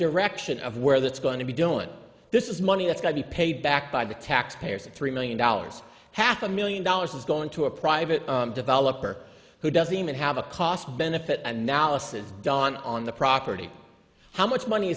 direction of where that's going to be doing this is money that's going to be paid back by the taxpayers three million dollars half a million dollars is going to a private developer who doesn't have a cost benefit analysis done on the property how much money